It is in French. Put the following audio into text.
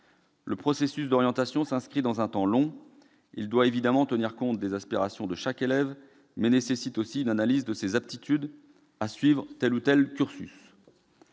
Le processus d'orientation s'inscrit dans un temps long. Il doit évidemment tenir compte des aspirations de chaque élève, mais nécessite aussi une analyse de ses aptitudes à suivre tel ou tel cursus.